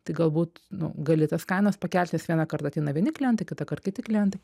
tai galbūt gali tas kainas pakelt nes vienąkart ateina vieni klientai kitąkart kiti klientai